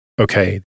Okay